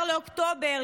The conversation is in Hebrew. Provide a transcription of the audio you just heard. ב-16 באוקטובר,